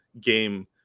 game